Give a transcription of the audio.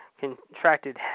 contracted